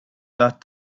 that